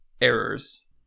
errors